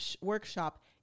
workshop